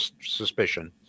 suspicion